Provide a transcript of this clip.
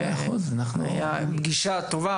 הייתה פגישה טובה.